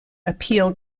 appealed